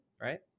right